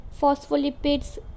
phospholipids